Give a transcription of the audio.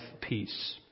peace